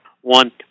one